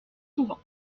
souvent